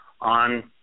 on